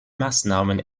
maßnahmen